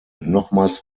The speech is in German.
nochmals